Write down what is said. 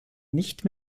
nicht